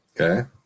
Okay